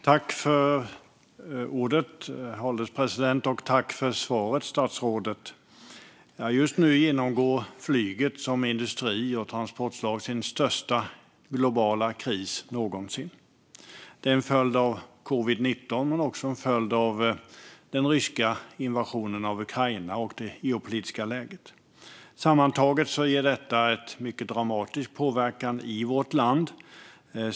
Herr ålderspresident! Jag tackar statsrådet för svaret. Just nu genomgår flyget som industri och transportslag sin största globala kris någonsin. Det är en följd av covid-19 men också en följd av den ryska invasionen av Ukraina och det geopolitiska läget. Sammantaget ger detta en mycket dramatisk påverkan på vårt land.